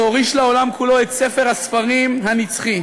והוריש לעולם כולו את ספר הספרים הנצחי".